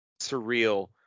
surreal